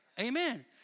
Amen